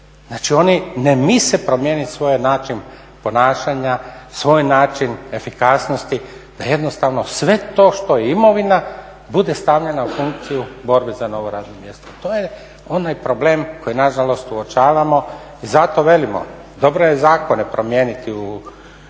Znači, oni ne misle promijeniti svoj način ponašanja, svoj način efikasnosti da jednostavno sve to što je imovina bude stavljeno u funkciju borbe za novo radno mjesto. To je onaj problem koji nažalost uočavamo i zato velimo dobro je zakone promijeniti i